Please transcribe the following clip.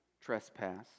trespass